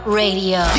radio